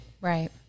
Right